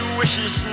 wishes